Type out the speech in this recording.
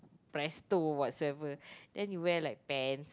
Presto whatsoever then you wear like pants